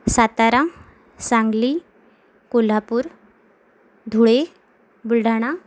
Satara Sangli Kolhapur Dhule Buldhana